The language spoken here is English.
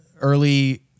early